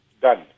done